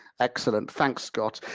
excellent. thanks, scott.